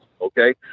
Okay